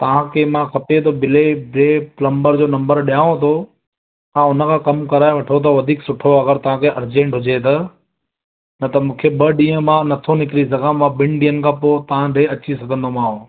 तव्हांखे खपे त मां ॿे ॿे प्लम्बर जो नंबर ॾियांव थो तव्हां हुनखां कमु कराए वठो त वधीक सुठो अगरि तव्हांखे अर्जंट हुजे त न त मूंखे ॿ डींहुं मां नथो निकरी सघां मां ॿिनि ॾींहंनि खां पोइ तव्हां वटि अची सघंदोमांव